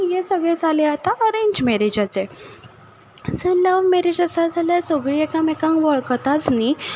हें सगलें जालें आतां अरेंज मेरेजाचें जर लव मेरेज आसा जाल्यार सगलीं एकामेकांक वळखताच न्हय